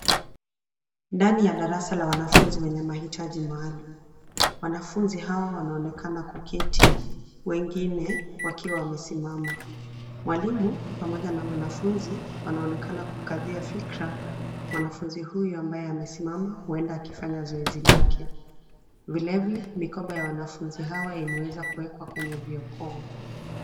Ndani ya darasa la wanafunzi wenye mahitaji maalum. Wanafunzi hawa wanaonekana kuketi, wengine wakiwa wamesimama. Mwalimu, pamoja na wanafunzi, wanaonekana kumkadhia fikra mwanafunzi huyo ambaye amesimama huenda akifanya zoezi lake. Vilevile, mikoba ya wanafunzi hawa imeweza kuwekwa kwenye viopoo.